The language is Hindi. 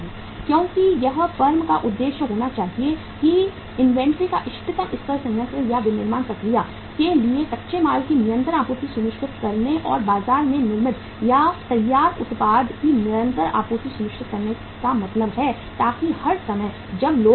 क्योंकि यह फर्म का उद्देश्य होना चाहिए कि इन्वेंट्री का इष्टतम स्तर संयंत्र या विनिर्माण प्रक्रिया के लिए कच्चे माल की निरंतर आपूर्ति सुनिश्चित करने और बाजार में निर्मित या तैयार उत्पाद की निरंतर आपूर्ति सुनिश्चित करने का मतलब है ताकि हर समय जब लोग चाहें